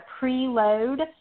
preload